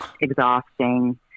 exhausting